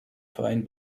verein